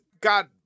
God